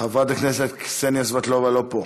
חברת הכנסת קסניה סבטלובה, לא פה,